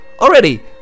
Already